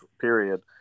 period